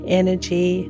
energy